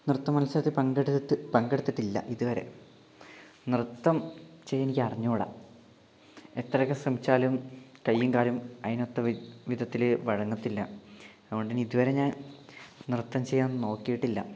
നൃത്തമത്സരത്തിൽ പങ്കെടുത്ത് പങ്കെടുത്തിട്ടില്ല ഇതുവരെ നൃത്തം ചെയ്യാൻ എനിക്ക് അറിഞ്ഞുകൂട എത്രയൊക്കെ ശ്രമിച്ചാലും കയ്യും കാലും അതിന് ഒത്ത വിധത്തിൽ വഴങ്ങത്തില്ല അതുകൊണ്ടുതന്നെ ഇതുവരെ ഞാൻ നൃത്തം ചെയ്യാൻ നോക്കിയിട്ടില്ല